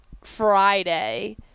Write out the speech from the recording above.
Friday